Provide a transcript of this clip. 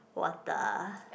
water